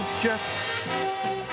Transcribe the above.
Jeff